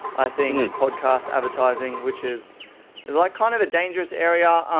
i think, podcast advertising. which is and like kind of a dangerous area.